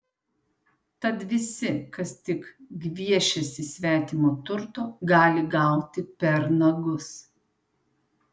tad visi kas tik gviešiasi svetimo turto gali gauti per nagus